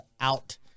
out